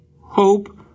hope